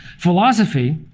philosophy,